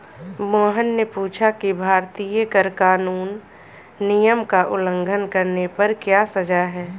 मोहन ने पूछा कि भारतीय कर कानून नियम का उल्लंघन करने पर क्या सजा है?